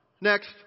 Next